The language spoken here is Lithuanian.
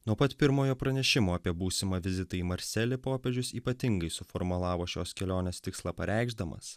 nuo pat pirmojo pranešimo apie būsimą vizitą į marselį popiežius ypatingai suformulavo šios kelionės tikslą pareikšdamas